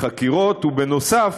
חקירות, ונוסף